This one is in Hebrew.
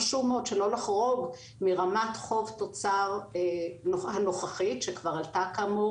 חשוב מאוד שלא לחרוג מרמת החוב-תוצר הנוכחית שכבר עלתה כאמור